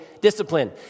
discipline